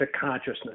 consciousness